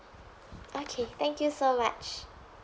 okay thank you so much